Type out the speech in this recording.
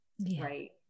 Right